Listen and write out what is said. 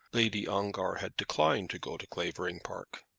lady ongar had declined to go to clavering park.